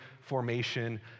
formation